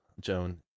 Joan